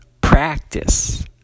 practice